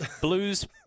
Blues